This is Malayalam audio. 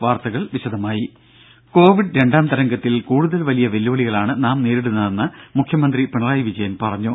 വാർത്തകൾ വിശദമായി കോവിഡ് രണ്ടാം തരംഗത്തിൽ കൂടുതൽ വലിയ വെല്ലുവിളികളാണ് നാം നേരിടുന്നതെന്ന് മുഖ്യമന്ത്രി പിണറായി വിജയൻ പറഞ്ഞു